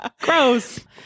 Gross